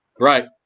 Right